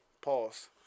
Pause